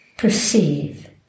Perceive